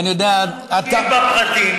כי אנחנו בקיאים בפרטים